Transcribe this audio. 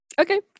Okay